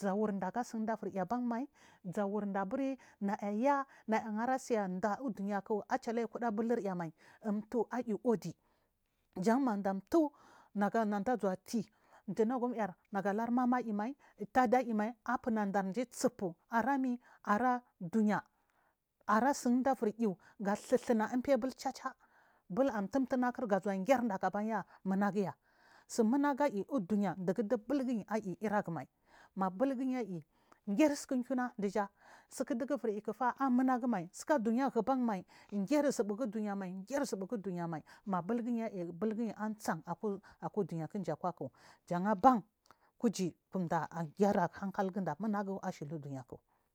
Zaumda aga sundunda ivinu aban mai zurnda aburi nayaya naya nara san da ayukuda bulur ya aban mai mtu ayi udy jan mamdu amtu nadazuw a tiy mdu nagum yar magalari mama ayimai maga luri tada ayim ay apunar nda ji chupu arami ara duya ara sun dun dah iviry luyu ga thu lhuna impiya bulgajja bul amtum tuna kur gazuwa girinda ku abanya munaguya su muna gual uduya ndugu bul gury iraga mai ma bul guy aiy ngir suku kiwna nduja asuka gu suku du gu iviril luku fa amnunagwnai dugu suka zubu duya mai janaban kuji dum du agiraha nkala ja nunagu uduya ku.